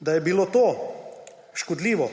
Da je bilo to škodljivo